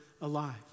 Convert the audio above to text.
alive